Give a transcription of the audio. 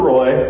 Roy